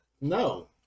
No